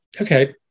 okay